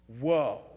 Whoa